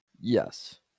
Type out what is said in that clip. Yes